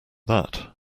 that